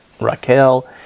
Raquel